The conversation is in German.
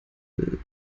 will